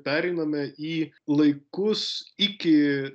pereiname į laikus iki